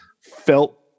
felt